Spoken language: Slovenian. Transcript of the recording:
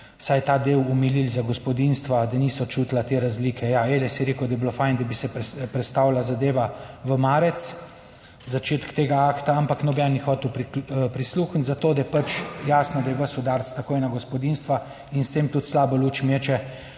vsaj ta del omilili za gospodinjstva, da niso čutila te razlike. Ja, Eles je rekel, da bi bilo fajn, da bi se prestavila zadeva v marec, začetek tega akta, ampak noben ni hotel prisluhniti, zato, da je pač jasno, da je ves udarec takoj na gospodinjstva in s tem tudi slabo luč meče,